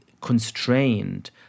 constrained